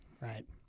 right